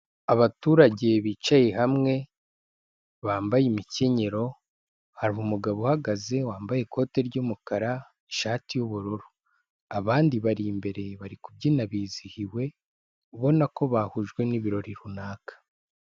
Abaturage bicaye hamwe, bambaye imikenyero, hari umugabo uhagaze wambaye ikote ry'umukara, ishati y'ubururu. Abandi bari imbere bari kubyina bizihiwe, ubona ko bahujwe n'ibirori runaka.